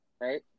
right